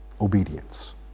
Obedience